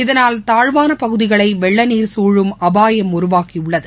இதனால் தாழ்வானபகுதிகளைவெள்ளநீர் சூழும் அபாயம் உருவாகியுள்ளது